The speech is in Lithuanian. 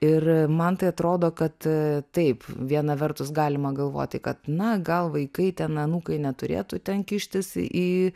ir man tai atrodo kad taip viena vertus galima galvoti kad na gal vaikai ten anūkai neturėtų ten kištis į